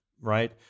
right